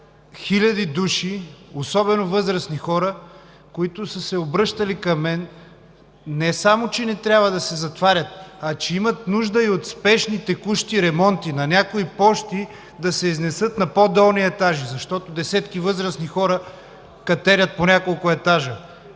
хиляди души, особено възрастни хора, които са се обръщали към мен. Не само че не трябва да се затварят, а че има нужда и от спешни текущи ремонти на някои пощи. Да се изнесат на по-долни етажи, защото десетки възрастни хора катерят по няколко етажа.